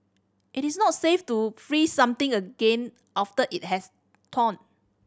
it is not safe to freeze something again after it has thawed